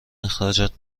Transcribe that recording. اخراجت